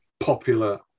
popular